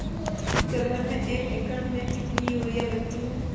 दलहन में एक एकण में कितनी यूरिया लगती है?